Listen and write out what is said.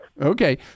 okay